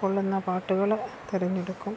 കൊള്ളുന്ന പാട്ടുകൾ തെരഞ്ഞെടുക്കും